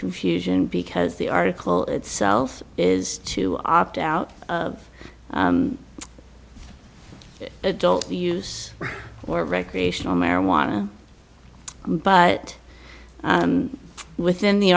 confusion because the article itself is to opt out of adult use or recreational marijuana but within the